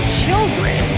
children